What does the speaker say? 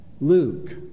Luke